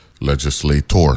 legislator